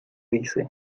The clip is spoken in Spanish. dice